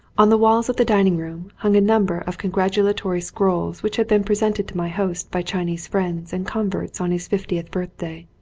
on the walls of the dining-room hung a number of congratulatory scrolls which had been presented to my host by chinese friends and converts on his fiftieth birth day.